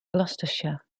gloucestershire